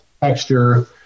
texture